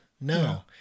No